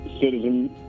Citizen